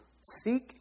Seek